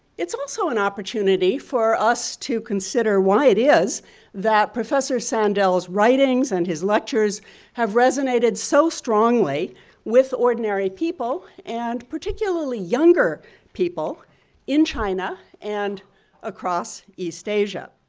it's also an opportunity for us to consider why it is that professor sandel's writings and his lectures have resonated so strongly with ordinary people and particularly younger people in china and across east asia.